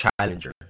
challenger